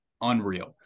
unreal